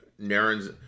Naren's